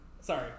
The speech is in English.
Sorry